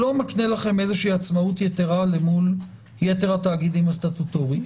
מקנה לכם עצמאות יתירה למול יתר התאגידים הסטטוטוריים.